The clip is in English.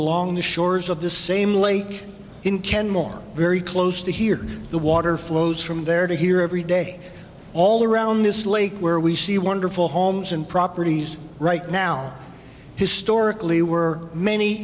along the shores of the same lake in canmore very close to here the water flows from there to here every day all around this lake where we see wonderful homes and properties right now historically